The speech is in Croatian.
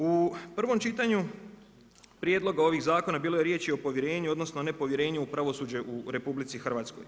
U prvom čitanju prijedloga ovih zakona bilo je riječi i o povjerenju odnosno nepovjerenju u pravosuđe u RH.